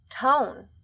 tone